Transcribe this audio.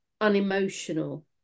unemotional